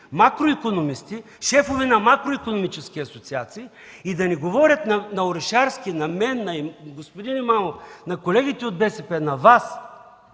макроикономисти, шефове на макроикономически асоциации – и да говорят на Орешарски, на мен, на господин Имамов, на колегите от БСП, на Вас,